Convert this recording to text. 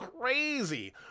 crazy